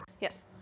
Yes